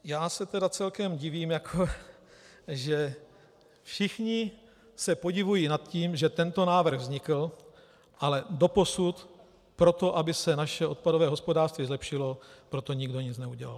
Já se tedy celkem divím, že všichni se podivují nad tím, že tento návrh vznikl, ale doposud pro to, aby se naše odpadové hospodářství zlepšilo, nikdo nic neudělal.